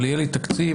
אבל יהיה לי תקציב,